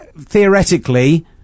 Theoretically